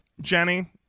Jenny